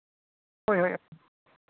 ᱦᱳᱭ ᱦᱳᱭ